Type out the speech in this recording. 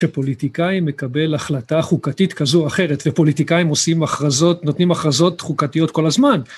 ופוליטיקאי מקבל החלטה חוקתית כזו או אחרת ופוליטיקאים עושים הכרזות נותנים הכרזות חוקתיות כל הזמן.